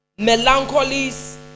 melancholies